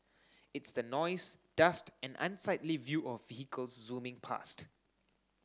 it's the noise dust and unsightly view of vehicles zooming past